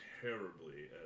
terribly